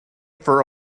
for